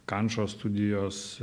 kančo studijos